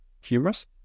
humorous